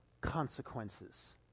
consequences